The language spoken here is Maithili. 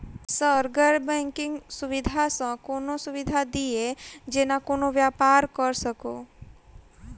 सर गैर बैंकिंग सुविधा सँ कोनों सुविधा दिए जेना कोनो व्यापार करऽ सकु?